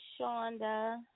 Shonda